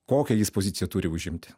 kokią jis poziciją turi užimti